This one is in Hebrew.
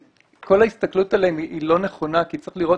כל ההסתכלות עליהם היא לא נכונה כי צריך לראות